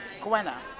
Gwenna